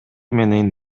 менен